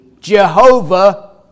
Jehovah